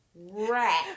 rat